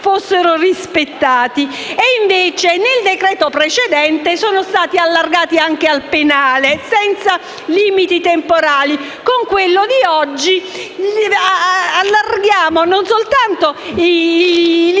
Invece, nel decreto-legge precedente sono stati allargati anche al penale, senza limiti temporali. Con quello di oggi, allarghiamo non soltanto i limiti